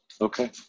Okay